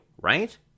right